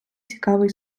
цікавий